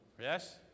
Yes